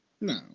No